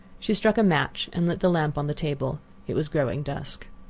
she struck a match and lit the lamp on the table it was growing dusk.